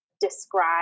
describe